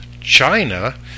China